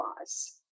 laws